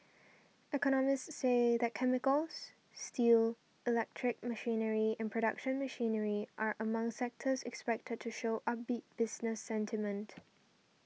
economists say that chemicals steel electric machinery and production machinery are among sectors expected to show upbeat business sentiment